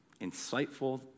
insightful